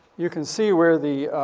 you can see where the,